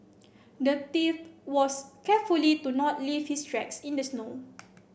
the thief was carefully to not leave his tracks in the snow